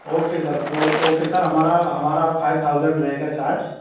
okay sir okay sir हमारा हमारा five thousand रहेगा चार्ज